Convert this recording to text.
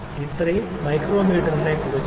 ഇത്രയും മൈക്രോമീറ്ററിനെക്കുറിച്ചായിരുന്നു